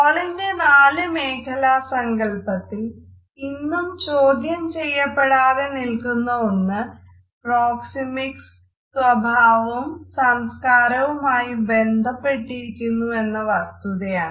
ഹാളിന്റെ നാല് മേഖല സങ്കല്പത്തിൽ ഇന്നും ചോദ്യം ചെയ്യപ്പെടാതെ നില്ക്കുന്ന ഒന്ന് പ്രോക്സെമിക്സ് സ്വഭാവവും സംസ്കാരവുമായും ബന്ധപ്പെട്ടിരിക്കുന്നുവെന്ന വസ്തുതയാണ്